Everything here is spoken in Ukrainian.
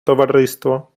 товариство